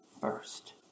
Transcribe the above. first